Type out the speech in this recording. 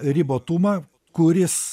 ribotumą kuris